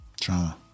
Trauma